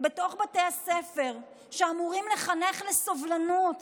בתוך בתי הספר שאמורים לחנך לסובלנות